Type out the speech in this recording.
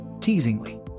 teasingly